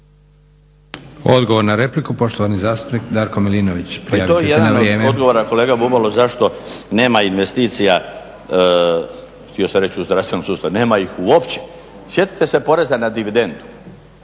Odgovor na repliku, poštovani zastupnik Darko Milinović. **Milinović, Darko (HDZ)** To je jedan od odgovora kolega Bubalo zašto nema investicija htio sam reći u zdravstvenom sustavu, nema ih uopće. Sjetite se poreza na dividendu,